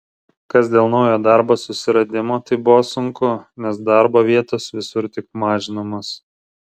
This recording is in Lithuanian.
kas dėl naujo darbo susiradimo tai buvo sunku nes darbo vietos visur tik mažinamos